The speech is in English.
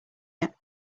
yet